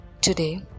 Today